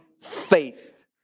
faith